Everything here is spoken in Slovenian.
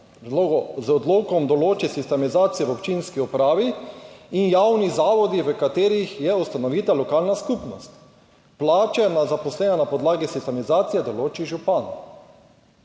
z odlokom določi sistemizacijo v občinski upravi in javni zavodi, v katerih je ustanovitelj lokalna skupnost, plače za zaposlene na podlagi sistemizacije določi župan.